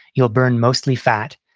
you'll burn mostly fat.